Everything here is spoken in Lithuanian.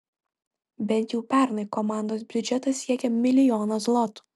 bent jau pernai komandos biudžetas siekė milijoną zlotų